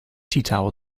teatowel